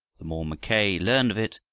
the more mackay learned of it,